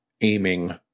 aiming